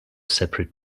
separate